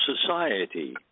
Society